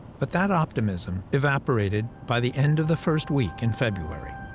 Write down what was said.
but that optimism evaporated by the end of the first week in february.